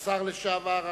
השר לשעבר,